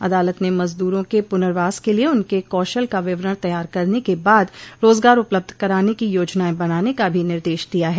अदालत ने मजदूरों के पुनर्वास के लिए उनके कौशल का विवरण तयार करने के बाद रोजगार उपलब्ध कराने की योजनाएं बनाने का भी निर्देश दिया है